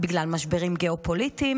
ובגלל משברים גיאופוליטיים,